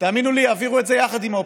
תאמינו לי, יעבירו את זה יחד עם האופוזיציה,